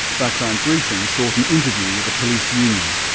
background briefing sought an interview with the police union,